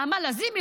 נעמה לזימי,